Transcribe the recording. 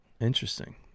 Interesting